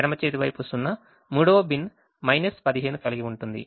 ఎడమ చేతి వైపు 0 మూడవ బిన్ 15 కలిగి ఉంటుంది